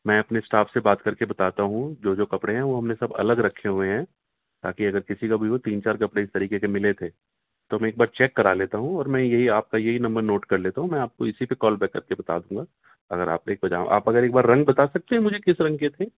میں اپنے اسٹاف سے بات کر کے بتاتا ہوں جو جو کپڑے ہیں وہ ہم نے سب الگ رکھے ہوئے ہیں تاکہ اگر کسی کا بھی ہو تین چار کپڑے اس طریقے کے ملے تھے تو میں ایک بار چیک کرا لیتا ہوں اور میں یہی آپ کا یہی نمبر نوٹ کر لیتا ہوں میں آپ کو اسی پہ کال بیک کر کے بتا دوں گا اگر آپ ایک پجامہ آپ اگر ایک بار رنگ بتا سکتے ہیں مجھے کس رنگ کے تھے